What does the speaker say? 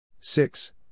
six